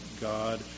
God